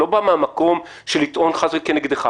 אני לא בא מן המקום של לטעון חס וחלילה כנגדך.